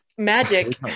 Magic